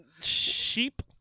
sheep